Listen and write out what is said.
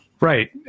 Right